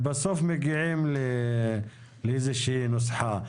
ובסוף מגיעים לאיזו שהיא נוסחה.